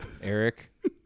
Eric